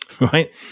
Right